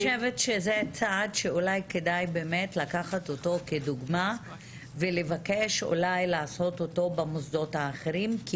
זה צעד שאולי כדאי לקחת אותו כדוגמה ולבקש לעשות אותו במוסדות אחרים.